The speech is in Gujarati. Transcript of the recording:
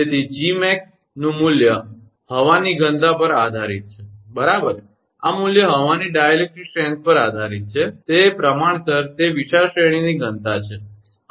તેથી 𝐺𝑚𝑎𝑥0 નું મૂલ્ય હવાની ઘનતા પર આધારીત છે બરાબર આ મૂલ્ય હવાની ડાઇલેક્ટ્રિક શક્તિ પર આધારીત છે તે પ્રમાણસર તે વિશાળ શ્રેણીની ઘનતા છે બરાબર